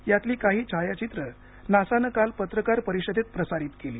यातली काही छायाचित्र नासानं काल पत्रकार परिषदेत प्रसारित केली